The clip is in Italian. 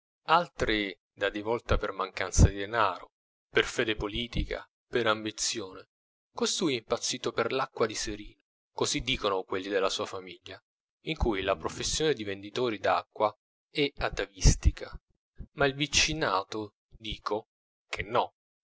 altri dà di volta per mancanza di denaro per fede politica per ambizione costui è impazzito per l'acqua di serino così dicono quelli della sua famiglia in cui la professione di venditori d'acqua è atavistica ma il vicinato dico che no